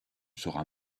sera